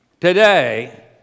today